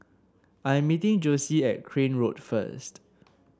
I'm meeting Jossie at Crane Road first